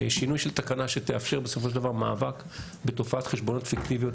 שינוי של תקנה שתאפשר בסופו של דבר מאבק בתופעת חשבוניות פיקטיביות,